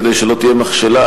כדי שלא תהיה מכשלה,